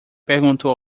perguntou